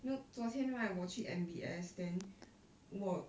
you know 昨天 right 我去 M_B_S then 我